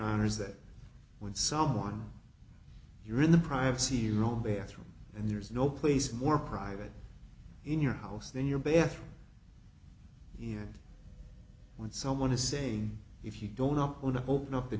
honour's that when someone you're in the privacy you know bathroom and there's no place more private in your house than your bathroom you know when someone is saying if you don't up want to open up the